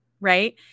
right